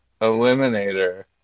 eliminator